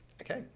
Okay